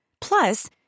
Plus